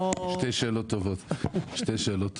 שתי שאלות טובות מאוד.